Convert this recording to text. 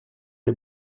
les